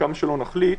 כמה שנחליט,